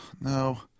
no